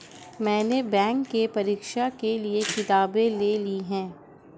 मैने बैंक के परीक्षा के लिऐ किताबें ले ली हैं